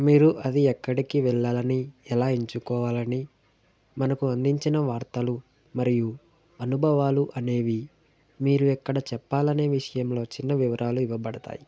మీరు అది ఎక్కడికి వెళ్ళాలని ఎలా ఎంచుకోవాలని మనకు అందించిన వార్తలు మరియు అనుభవాలు అనేవి మీరు ఎక్కడ చెప్పాలనే విషయంలో చిన్న వివరాలు ఇవ్వబడతాయి